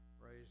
praise